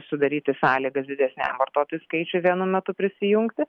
sudaryti sąlygas didesniam vartotojų skaičiui vienu metu prisijungti